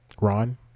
Ron